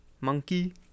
Monkey